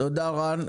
תודה, רן.